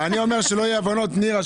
שלא יהיו הבנות - נירה,